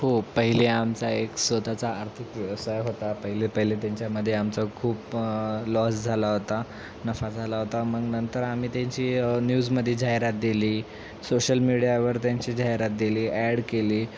हो पहिले आमचा एक स्वत चा आर्थिक व्यवसाय होता पहिले पहिले त्यांच्यामध्ये आमचा खूप लॉस झाला होता नफा झाला होता मग नंतर आम्ही त्यांची न्यूजमध्ये जाहिरात दिली सोशल मीडियावर त्यांची जाहिरात दिली ॲड केली